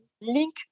link